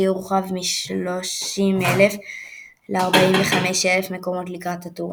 שיורחב מ-30,000 ל-45,000 מקומות לקראת הטורניר.